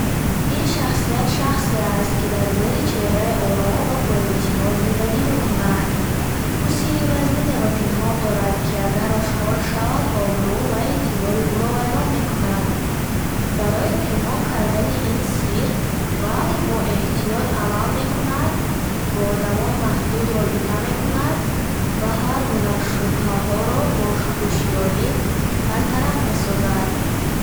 Ин шахсият шахсе аст, ки дар зери чеҳраи ором ва боэътимод зиндагӣ мекунад. Ӯ сирри вазнинеро пинҳон дорад, ки агар ошкор шавад, обрӯ ва эътибори ӯро вайрон мекунад. Барои пинҳон кардани ин сирр, вай бо эҳтиёт амал мекунад, бо одамон маҳдуд робита мекунад ва ҳаргуна шубҳаҳоро бо ҳушёрӣ бартараф месозад.